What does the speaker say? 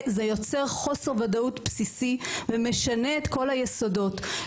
זה יוצר חוסר וודאות בסיסי ומשנה את כל היסודות.